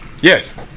Yes